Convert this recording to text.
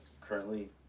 Currently